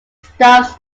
stops